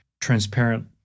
transparent